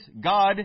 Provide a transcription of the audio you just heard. God